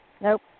Nope